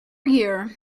year